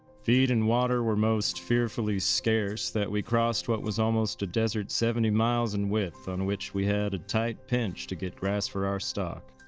feed and water were most fearfully scarce that we crossed what was almost a desert seventy miles in width on which we had a tight pinch to get grass for our stock.